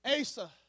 Asa